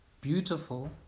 beautiful